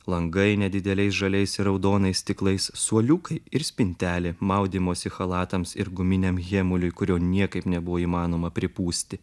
langai nedideliais žaliais ir raudonais stiklais suoliukai ir spintelė maudymosi chalatams ir guminiam hemuliui kurio niekaip nebuvo įmanoma pripūsti